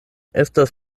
estas